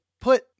put